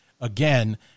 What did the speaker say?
again